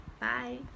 Bye